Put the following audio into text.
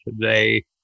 today